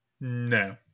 no